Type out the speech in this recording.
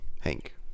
Hank